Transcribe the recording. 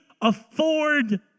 afford